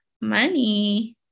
money